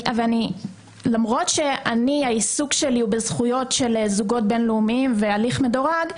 למרות שהעיסוק שלי הוא בזכויות של זוגות בין-לאומיים והליך מדורג,